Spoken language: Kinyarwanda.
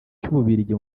cy’ububiligi